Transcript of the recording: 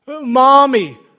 Mommy